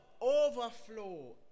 overflow